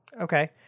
Okay